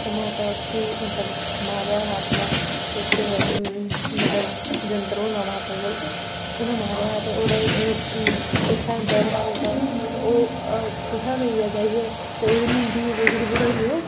ते माता उसी मतलब मारेआ हा अपना किश मतलब यंत्र होना माता कोल ते उ'नें मारेआ हा ते ओह्दा जित्थें होंदा हा उत्थें ओह् कु'त्थें पेई गेआ जाइयै ते ओह्दी मुंडी जेह्कड़ी बडोइयै